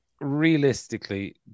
realistically